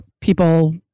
people